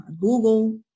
Google